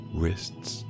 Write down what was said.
wrists